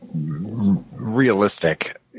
realistic